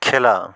খেলা